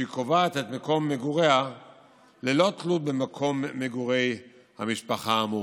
שקובעת את מקום מגוריה ללא תלות במקום מגורי המשפחה המורחבת.